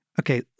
Okay